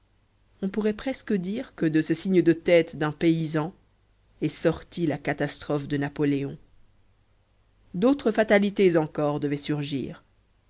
on pourrait presque dire que de ce signe de tête d'un paysan est sortie la catastrophe de napoléon d'autres fatalités encore devaient surgir